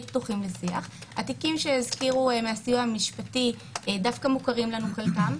התיקים מהסיוע המשפטי שהזכירו דווקא מוכרים לנו חלקם,